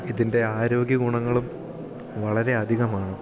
ഇതിൻ്റെ ആരോഗ്യ ഗുണങ്ങളും വളരെ അധികമാണ്